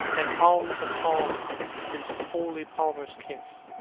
and palm to palm is holy palmers' kiss